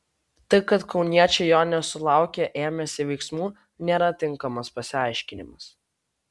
tai kad kauniečiai jo nesulaukę ėmėsi veiksmų nėra tinkamas pasiaiškinimas